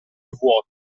vuoti